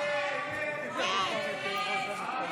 הסתייגות 1936 לא נתקבלה.